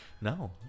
No